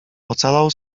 ocalał